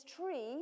tree